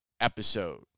episode